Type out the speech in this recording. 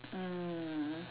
mm